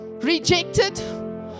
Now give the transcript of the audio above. rejected